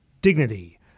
dignity